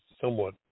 somewhat